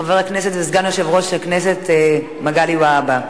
חבר הכנסת וסגן יושב-ראש הכנסת מגלי והבה.